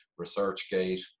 ResearchGate